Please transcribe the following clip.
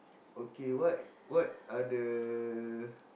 okay what what are the